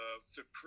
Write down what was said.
supreme